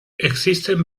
existen